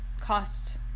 cost